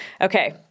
Okay